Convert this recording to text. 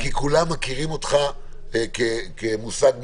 לא, כולם מכירים אותך כמושג מקצועי.